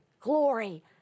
Glory